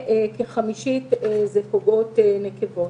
וכחמישית הן פוגעות נקבות.